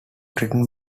written